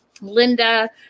Linda